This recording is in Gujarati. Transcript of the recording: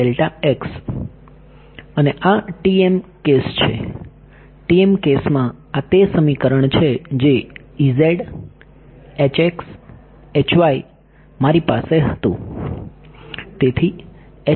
TM કેસમાં આ તે સમીકરણ છે જે મારી પાસે હતું